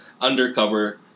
undercover